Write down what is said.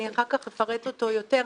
אני אחר כך אפרט אותו יותר,